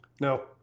No